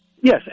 Yes